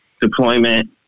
deployment